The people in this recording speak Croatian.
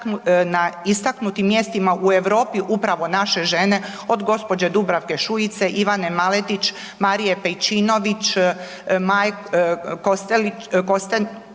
na istaknutim mjestima u Europi upravo naše žene od gospođe Dubravke Šujice, Ivane Maletić, Marije Pejčinović, Kostelić